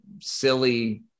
silly